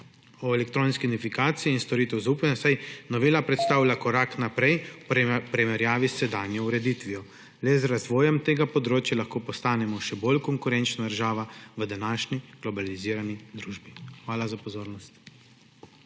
o elektronski identifikaciji in storitvah zaupanja, saj novela predstavlja korak naprej v primerjavi s sedanjo ureditvijo. Le z razvojem tega področja lahko postanemo še bolj konkurenčna država v današnji globalizirani družbi. Hvala za pozornost.